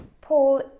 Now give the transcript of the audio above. Paul